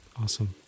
awesome